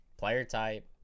player-type